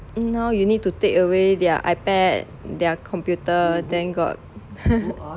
now you need to take away their ipad their computer then got